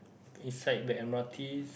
is like the M_R_T